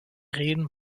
reden